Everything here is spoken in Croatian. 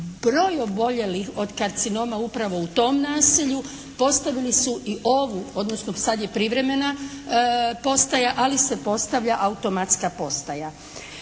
broj oboljelih od karcinoma upravo u tom naselju postavili su i ovu odnosno sad je privremena postaja ali se postavlja automatska postaja.